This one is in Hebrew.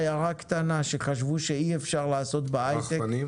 העיירה הקטנה שחשבו שאי אפשר לעשות בה היי-טק --- הרחפנים?